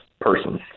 person